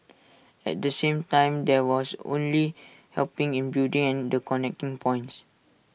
at the same time there was only helping in building and the connecting points